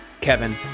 Kevin